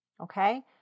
Okay